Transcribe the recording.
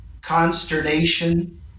consternation